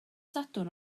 sadwrn